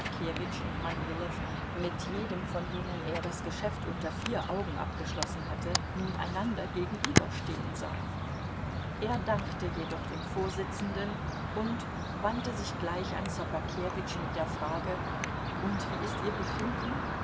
und manilow mit jedem von denen er das geschäft unter vier augen abgeschlossen hatte nun einander gegenüberstehen sah er dankte jedoch dem vorsitzenden und wandte sich gleich an ssobakewitsch mit der frage und wie ist ihr befinden